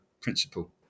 principle